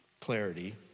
clarity